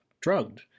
drugged